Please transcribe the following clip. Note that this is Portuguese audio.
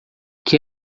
que